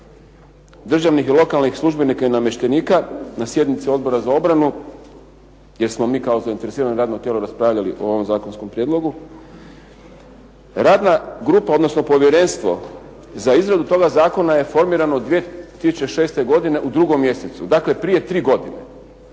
državnih i lokalnih službenika i namještenika na sjednici Odbora za obranu jer smo mi kao zainteresirano radno tijelo raspravljali o ovom zakonskom prijedlogu radna grupa, odnosno povjerenstvo za izradu toga zakona je formirano 2006. godine u drugom mjesecu. Dakle, prije tri godine.